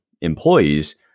employees